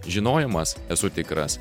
žinojimas esu tikras